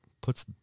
puts